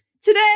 Today